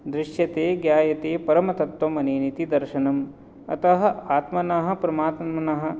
दृश्यते ज्ञायते परमतत्त्वम् अनेन् इति दर्शनम् अतः आत्मनः परमात्मनः